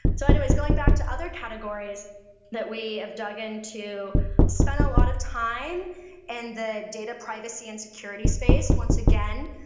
so anyways, going back to other categories that we have dug into spend a lot of time and the data privacy and security space. once again,